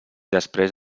després